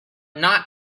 not